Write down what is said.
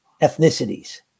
ethnicities